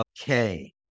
okay